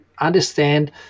understand